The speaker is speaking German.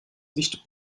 nicht